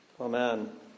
Amen